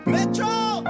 Metro